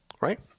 right